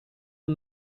the